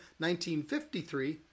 1953